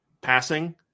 passing